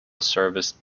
serviced